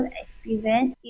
experience